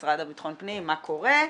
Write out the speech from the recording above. משרד לביטחון פנים מה קורה.